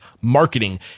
marketing